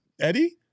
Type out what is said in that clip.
Eddie